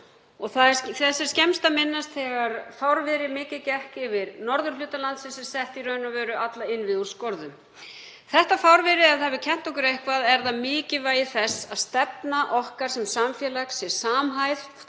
Og þess er skemmst að minnast þegar fárviðri mikið gekk yfir norðurhluta landsins sem setti í raun alla innviði úr skorðum. Ef þetta fárviðri hefur kennt okkur eitthvað er það mikilvægi þess að stefna okkar sem samfélags sé samhæfð,